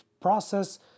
process